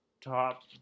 top